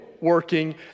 working